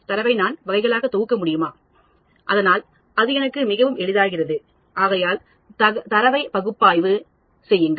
தரவை நான் வகைகளாக தொகுக்க முடியுமா அதனால் அது எனக்கு மிகவும் எளிதாகிறது ஆகையால்தரவை பகுப்பாய்வு செய்யுங்கள்